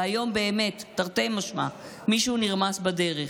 והיום, באמת, תרתי משמע, מישהו נרמס בדרך.